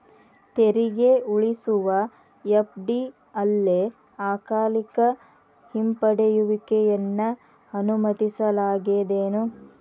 ತೆರಿಗೆ ಉಳಿಸುವ ಎಫ.ಡಿ ಅಲ್ಲೆ ಅಕಾಲಿಕ ಹಿಂಪಡೆಯುವಿಕೆಯನ್ನ ಅನುಮತಿಸಲಾಗೇದೆನು?